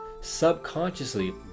Subconsciously